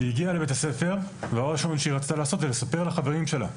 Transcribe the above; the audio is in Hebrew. היא הגיעה לבית הספר ודבר ראשון שהיא רצתה לעשות זה לספר לחברים שלה,